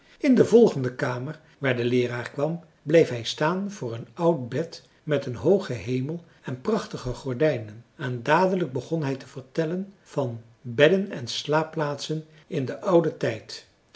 in de volgende kamer waar de leeraar kwam bleef hij staan voor een oud bed met een hoogen hemel en prachtige gordijnen en dadelijk begon hij te vertellen van bedden en slaapplaatsen in den ouden tijd